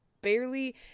barely